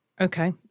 Okay